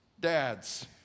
Dads